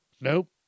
Nope